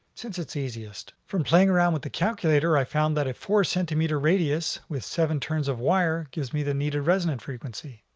since it's easiest. from playing around with the calculator i found that a four centimeter radius with seven turns of wire gives me the needed resonant frequency.